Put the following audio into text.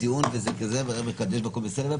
כזה ראה וקדש והכול בסדר,